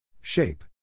Shape